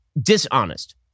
dishonest